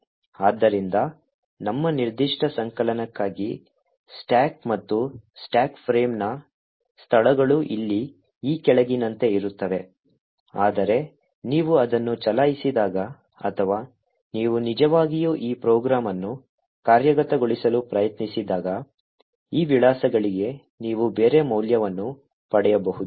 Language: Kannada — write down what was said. ಆದ್ದರಿಂದ ನಮ್ಮ ನಿರ್ದಿಷ್ಟ ಸಂಕಲನಕ್ಕಾಗಿ ಸ್ಟಾಕ್ ಮತ್ತು ಸ್ಟಾಕ್ ಫ್ರೇಮ್ನ ಸ್ಥಳಗಳು ಇಲ್ಲಿ ಈ ಕೆಳಗಿನಂತೆ ಇರುತ್ತವೆ ಆದರೆ ನೀವು ಅದನ್ನು ಚಲಾಯಿಸಿದಾಗ ಅಥವಾ ನೀವು ನಿಜವಾಗಿಯೂ ಈ ಪ್ರೋಗ್ರಾಂ ಅನ್ನು ಕಾರ್ಯಗತಗೊಳಿಸಲು ಪ್ರಯತ್ನಿಸಿದಾಗ ಈ ವಿಳಾಸಗಳಿಗೆ ನೀವು ಬೇರೆ ಮೌಲ್ಯವನ್ನು ಪಡೆಯಬಹುದು